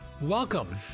Welcome